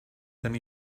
than